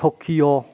Tokyo